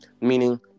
meaning